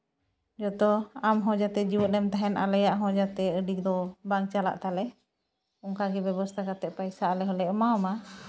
ᱡᱟᱛᱚ ᱟᱢᱦᱚᱸ ᱡᱟᱛᱮ ᱡᱮᱣᱮᱫ ᱮᱢ ᱛᱟᱦᱮᱱ ᱟᱞᱮᱭᱟᱜ ᱦᱚᱸ ᱡᱟᱛᱮ ᱟᱹᱰᱤ ᱫᱚ ᱵᱟᱝ ᱪᱟᱞᱟᱜ ᱛᱟᱞᱮ ᱚᱱᱠᱟᱜᱮ ᱵᱮᱵᱚᱥᱛᱷᱟ ᱠᱟᱛᱮᱫ ᱯᱚᱭᱥᱟ ᱟᱞᱮ ᱦᱚᱸᱞᱮ ᱮᱢᱟᱣᱢᱟ